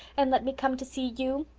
and let me come to see you.